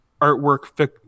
artwork